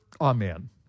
amen